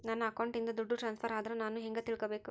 ನನ್ನ ಅಕೌಂಟಿಂದ ದುಡ್ಡು ಟ್ರಾನ್ಸ್ಫರ್ ಆದ್ರ ನಾನು ಹೆಂಗ ತಿಳಕಬೇಕು?